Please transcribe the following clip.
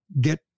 get